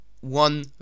one